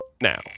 now